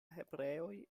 hebreoj